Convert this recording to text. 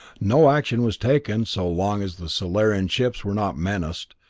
no action was taken so long as the solarian ships were not menaced,